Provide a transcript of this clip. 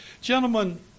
Gentlemen